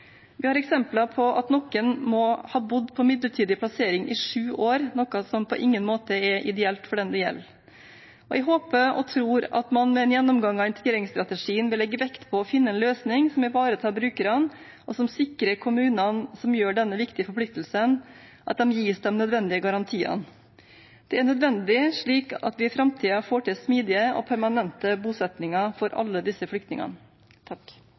Vi har eksempler på at noen har bodd på midlertidig plassering i sju år, noe som på ingen måte er ideelt for dem det gjelder. Jeg håper og tror at man ved en gjennomgang av integreringsstrategien vil legge vekt på å finne en løsning som ivaretar brukerne, og som sikrer at kommunene som tar på seg denne viktige forpliktelsen, gis de nødvendige garantiene. Det er nødvendig, slik at vi i framtiden får til smidige og permanente bosetninger for alle disse flyktningene.